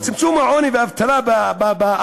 אז צמצום העוני והאבטלה בארץ,